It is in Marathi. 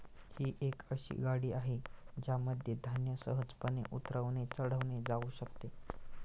ही एक अशी गाडी आहे ज्यामध्ये धान्य सहजपणे उतरवले चढवले जाऊ शकते